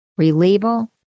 Relabel